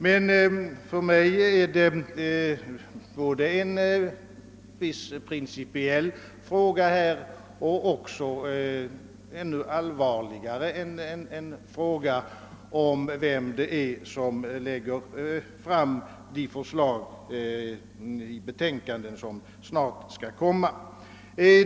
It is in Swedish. Men för mig är detta både en principiell fråga och — vilket är ännu allvarligare — en fråga om vem som lägger fram förslagen i de betänkanden som snart skall avges.